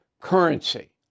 currency